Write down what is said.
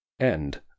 End